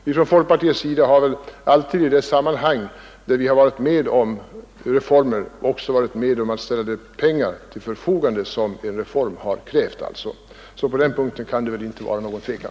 Vi i folkpartiet har alltid, när vi har varit med om reformer, också varit med om att ställa de pengar till förfogande som reformerna har krävt. Så på den punkten kan det inte vara någon tvekan.